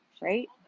Right